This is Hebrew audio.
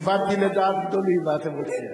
כיוונתי לדעת גדולים, מה אתם רוצים?